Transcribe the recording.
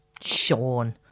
Sean